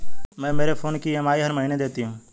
मैं मेरे फोन की ई.एम.आई हर महीने देती हूँ